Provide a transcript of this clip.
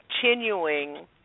continuing